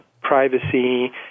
privacy